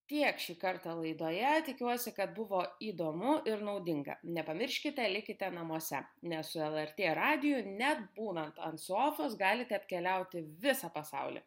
tiek šį kartą laidoje tikiuosi kad buvo įdomu ir naudinga nepamirškite likite namuose nes su lrt radiju net būnant ant sofos galite apkeliauti visą pasaulį